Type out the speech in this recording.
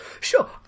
Sure